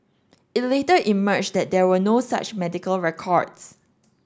it later emerged that there were no such medical records